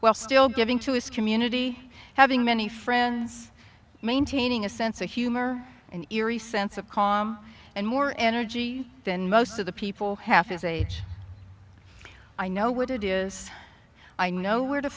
while still giving to his community having many friends maintaining a sense of humor an eerie sense of calm and more energy than most of the people half his age i know what it is i know where to